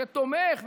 שתומך,